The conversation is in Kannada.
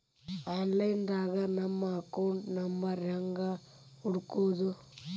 ಆನ್ಲೈನ್ ದಾಗ ನಮ್ಮ ಅಕೌಂಟ್ ನಂಬರ್ ಹೆಂಗ್ ಹುಡ್ಕೊದು?